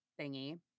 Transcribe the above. thingy